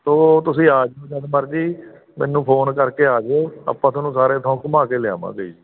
ਸੋ ਤੁਸੀਂ ਆ ਜਿਓ ਜਦ ਮਰਜੀ ਮੈਨੂੰ ਫੋਨ ਕਰਕੇ ਆ ਜਿਓ ਆਪਾਂ ਤੁਹਾਨੂੰ ਸਾਰੇ ਥਾਂ ਘੁੰਮਾ ਕੇ ਲਿਆਵਾਂਗੇ ਜੀ